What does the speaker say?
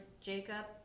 Jacob